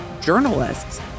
journalists